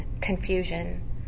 confusion